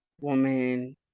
woman